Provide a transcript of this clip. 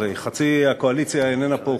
הרי חצי הקואליציה איננה פה,